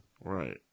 right